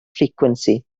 frequency